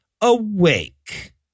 Awake